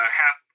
half